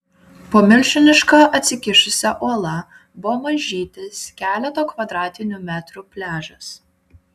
po milžiniška atsikišusia uola buvo mažytis keleto kvadratinių metrų pliažas